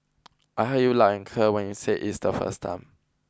I heard you loud and clear when you said it's the first time